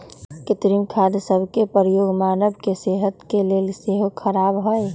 कृत्रिम खाद सभ के प्रयोग मानव के सेहत के लेल सेहो ख़राब हइ